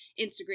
Instagram